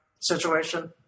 situation